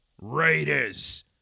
Raiders